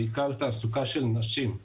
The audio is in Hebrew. בעיקר תעסוקה של נשים.